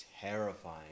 terrifying